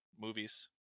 movies